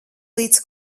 līdz